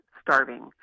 starving